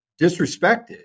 disrespected